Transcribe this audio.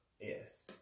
Yes